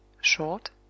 short